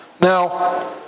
Now